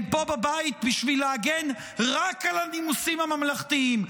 הם פה בבית בשביל להגן רק על הנימוסים הממלכתיים.